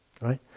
right